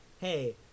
hey